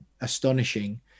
astonishing